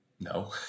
No